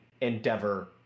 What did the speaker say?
Endeavor